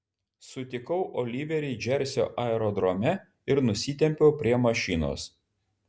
sutikau oliverį džersio aerodrome ir nusitempiau prie mašinos